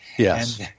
Yes